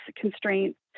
constraints